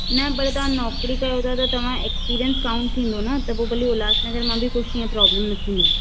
न भले तव्हां नौकरी कयो था तव्हां एक्स्पीरियंस काउंट थींदो न त पोइ भले उल्हानगर मां बि कुझु इएं प्रोबलम न थींदव